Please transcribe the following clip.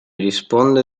risponde